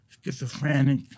schizophrenic